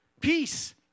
Peace